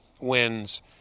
wins